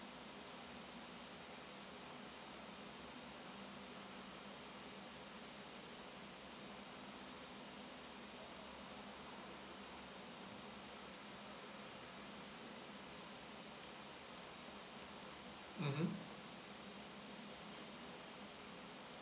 mmhmm